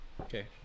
Okay